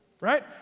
right